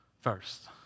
first